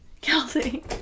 Kelsey